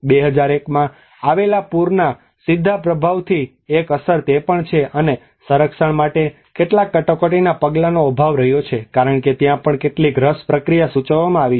૨૦૧૧ માં આવેલા પૂરના સીધા પ્રભાવની એક અસર તે પણ છે અને સંરક્ષણ માટે કેટલાક કટોકટીનાં પગલાંનો અભાવ રહ્યો છે કારણ કે ત્યાં પણ કેટલીક રશ પ્રક્રિયા સૂચવવામાં આવી છે